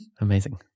amazing